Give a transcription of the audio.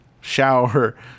Shower